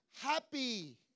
happy